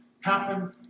happen